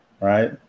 right